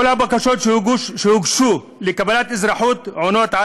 כל הבקשות שהוגשו לקבלת אזרחות עונות על